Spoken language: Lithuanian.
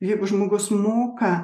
jeigu žmogus moka